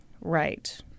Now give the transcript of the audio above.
Right